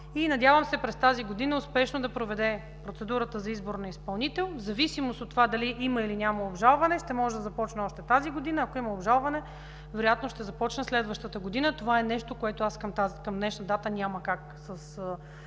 Надявам се през тази година успешно да проведем процедурата за избор на изпълнител. В зависимост от това дали има, или няма обжалване, ще може да започне още тази година. Ако има обжалване, вероятно ще започне следващата година. Това е нещо, което аз към днешна дата няма как със